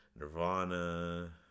Nirvana